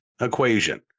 equation